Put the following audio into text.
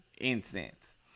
incense